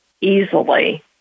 easily